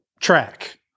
track